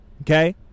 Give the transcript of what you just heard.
okay